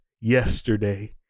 yesterday